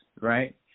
right